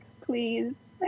please